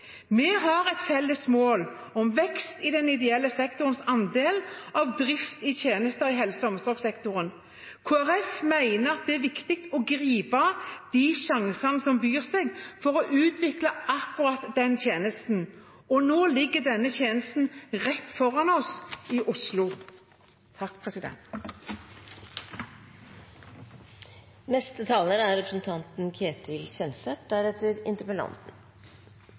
Vi har et felles mål om vekst i den ideelle sektorens andel av drift av tjenester i helse- og omsorgssektoren. Kristelig Folkeparti mener det er viktig å gripe de sjansene som byr seg, for å utvikle akkurat den tjenesten, og nå ligger denne tjenesten rett foran oss, i Oslo. Aller først: Takk